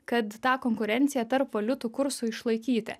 kad tą konkurenciją tarp valiutų kursų išlaikyti